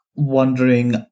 wondering